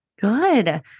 Good